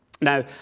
Now